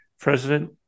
president